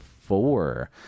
four